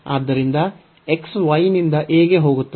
ಆದ್ದರಿಂದ x y ನಿಂದ a ಗೆ ಹೋಗುತ್ತದೆ